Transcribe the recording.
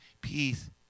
Peace